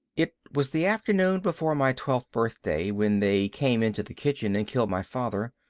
it was the afternoon before my twelfth birthday when they came into the kitchen and killed my father.